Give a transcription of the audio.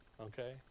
Okay